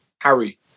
Harry